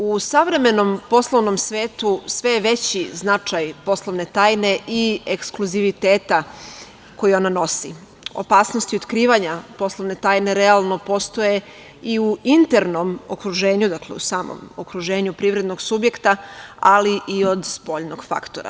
U savremenom poslovnom svetu sve je veći značaj poslovne tajne i ekskluziviteta koju ona nosi, opasnosti otkrivanja poslovne tajne realno postoje i u internom okruženju, u samom okruženju privrednog subjekta, ali i od spoljnog faktora.